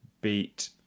beat